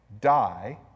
die